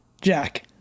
jack